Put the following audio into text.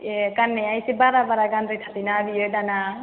ए गाननाया इसे बारा बारा गान्द्रायथारो ना बियो दाना